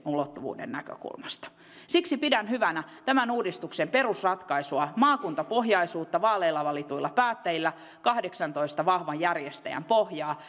ulottuvuuden näkökulmasta siksi pidän hyvänä tämän uudistuksen perusratkaisua maakuntapohjaisuutta vaaleilla valituilla päättäjillä kahdeksantoista vahvan järjestäjän pohjaa